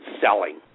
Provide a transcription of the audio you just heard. selling